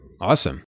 Awesome